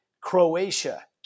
Croatia